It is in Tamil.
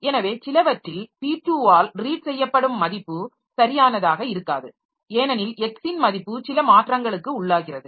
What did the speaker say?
எனவே சிலவற்றில் p2 ஆல் ரீட் செய்யப்படும் மதிப்பு சரியானதாக இருக்காது ஏனெனில் x ன் மதிப்பு சில மாற்றங்களுக்கு உள்ளாகிறது